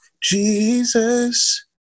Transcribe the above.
Jesus